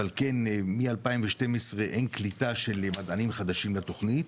אבל כן מ-2012 אין קליטה של מדענים חדשים לתוכנית.